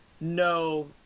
no